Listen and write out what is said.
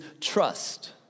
trust